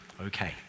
Okay